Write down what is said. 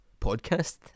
podcast